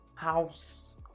house